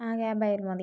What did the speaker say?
ആ ക്യാമ്പായാലും മതി